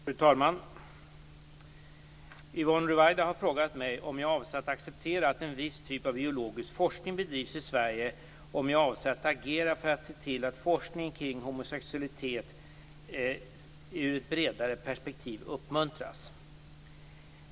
Fru talman! Yvonne Ruwaida har frågat mig om jag avser att acceptera att en viss typ av biologisk forskning bedrivs i Sverige och om jag avser att agera för att se till att forskning kring homosexualitet ur ett bredare perspektiv uppmuntras.